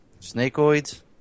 Snakeoids